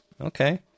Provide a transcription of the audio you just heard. Okay